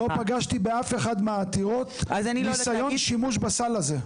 לא פגשתי באף אחת מהעתירות ניסיון שימוש בסל הזה.